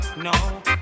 No